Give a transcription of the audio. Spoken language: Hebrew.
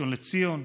ראשון לציון,